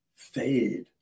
fade